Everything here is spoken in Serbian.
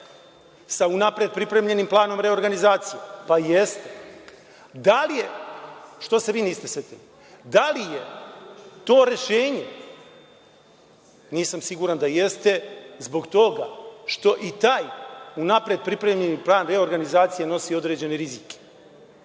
sa unapred pripremljenim planom reorganizacije. Pa jeste. Da li je to rešenje, što se vi niste setili, nisam siguran da jeste zbog toga što i taj, unapred pripremljeni plan reorganizacije nosi određene rizike. Kad